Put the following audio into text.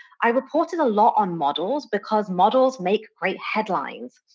i reported a lot on models because models make great headlines.